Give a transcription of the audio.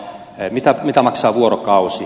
ei mitään mitä maksaa vuorokausi